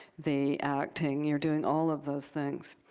the acting. you're doing all of those things.